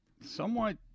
somewhat